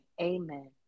Amen